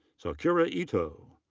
sakura ito.